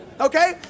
Okay